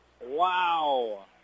Wow